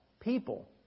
people